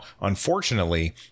unfortunately